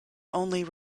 only